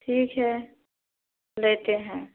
ठीक है लेते हैं